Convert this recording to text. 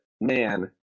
man